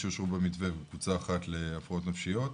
שאושרו במתווה וקבוצה אחת להפרעות נפשיות,